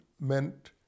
meant